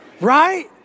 Right